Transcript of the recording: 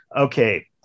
Okay